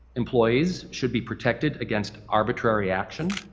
employees should be protected against arbitrary action,